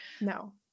No